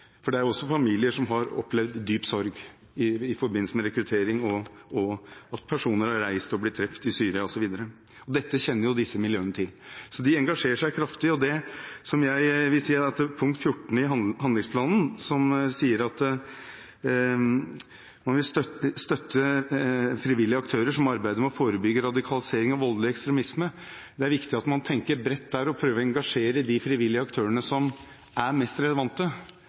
Det er også familier som har opplevd dyp sorg i forbindelse med rekruttering og at personer har reist og blitt drept i Syria, osv. Dette kjenner disse miljøene til, så de engasjerer seg kraftig. Jeg vil vise til punkt 14 i handlingsplanen, som sier at man vil støtte «frivillige aktører som arbeider med å forebygge radikalisering og voldelig ekstremisme». Det er viktig at man tenker bredt og prøver å engasjere de frivillige aktørene som er mest relevante,